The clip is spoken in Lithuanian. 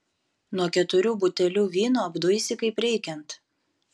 nuo keturių butelių vyno apduisi kaip reikiant